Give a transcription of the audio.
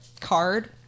card